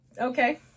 Okay